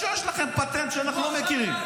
יכול להיות שיש לכם פטנט שאנחנו לא מכירים,